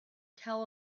tell